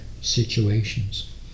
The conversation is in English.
situations